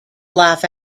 laugh